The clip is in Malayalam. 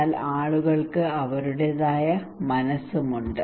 എന്നാൽ ആളുകൾക്ക് അവരുടേതായ മനസ്സുമുണ്ട്